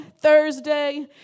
Thursday